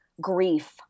grief